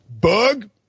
Bug